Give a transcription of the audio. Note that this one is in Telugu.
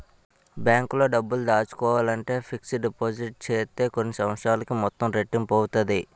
బ్యాంకులో డబ్బులు దాసుకోవాలంటే ఫిక్స్డ్ డిపాజిట్ సేత్తే కొన్ని సంవత్సరాలకి మొత్తం రెట్టింపు అవుతాది